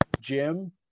Jim